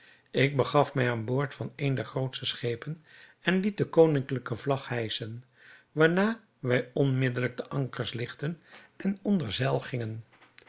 ik begaf mij aan boord van een der grootste schepen en liet de koninklijke vlag hijschen waarna wij onmiddelijk de ankers ligtten en onder zeil gingen